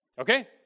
Okay